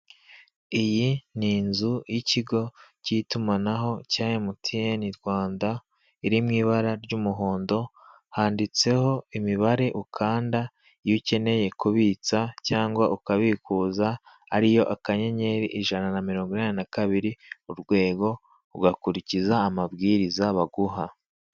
Iyi ni inzu y'ikigo k'itumanaho cya emutiyeni Rwanda iri mu ibara ry'umuhondo, handitseho imibare ukanda iyo ukeneye kubitsa cyangwa ukabikuza, ariyo akanyenyeri ijana na mirongo inane na kabiri urwego, ugakurikiza amabwiriza baguha.